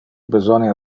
besonia